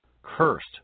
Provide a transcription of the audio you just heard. Cursed